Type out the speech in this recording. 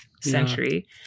century